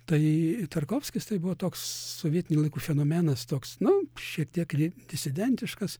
tai tarkovskis tai buvo toks sovietinių laikų fenomenas toks nu šiek tiek kri disidentiškas